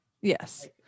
Yes